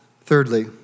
Thirdly